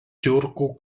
tiurkų